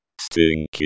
Stinky